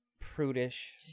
prudish